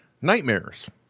nightmares